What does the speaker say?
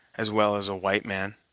as well as a white man.